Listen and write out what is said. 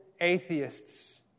atheists